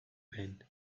been